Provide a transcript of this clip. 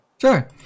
Sure